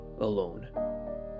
alone